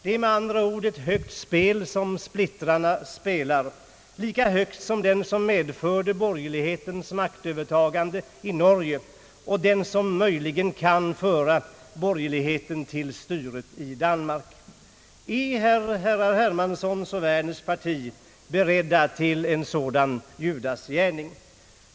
Det är ett högt spel som splittrarna spelar, lika högt som det som medförde borgerlighetens maktövertagande i Norge och det som möjligen kan föra borgerligheten till styret i Danmark. Är herrar Hermanssons och Werners parti berett till en sådan judasgärning?